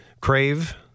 crave